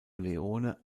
leone